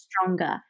stronger